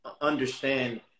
understand